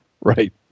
right